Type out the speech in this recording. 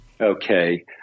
Okay